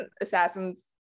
Assassins